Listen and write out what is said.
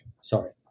Sorry